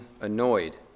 annoyed